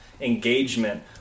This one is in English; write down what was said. engagement